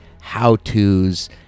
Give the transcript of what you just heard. how-tos